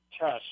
test